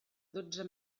dotze